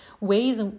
ways